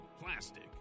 plastic